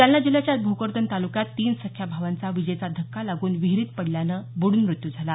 जालना जिल्ह्याच्या भोकरदन तालुक्यात तीन सख्ख्या भावांचा वीजेचा धक्का लागून विहिरीत पडल्यानं बुडून मृत्यू झाला